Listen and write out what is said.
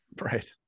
right